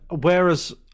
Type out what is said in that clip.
whereas